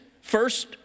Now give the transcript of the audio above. first